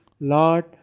Lord